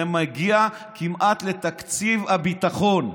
זה מגיע כמעט לתקציב הביטחון.